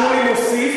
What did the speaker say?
חבר הכנסת שמולי מוסיף,